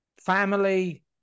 family